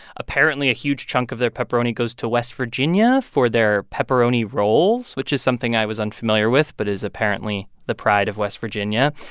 apparently, a huge chunk of their pepperoni goes to west virginia for their pepperoni rolls, which is something i was unfamiliar with but is apparently the pride of west virginia.